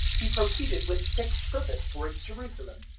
he proceeded with fixed purpose towards jerusalem,